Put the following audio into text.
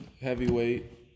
heavyweight